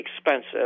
expensive